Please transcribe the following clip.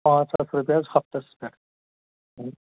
پانٛژھ ساس رۄپیہِ حظ ہفتس پیٚٹھ